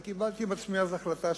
וקיבלתי בעצמי אז החלטה,